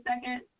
second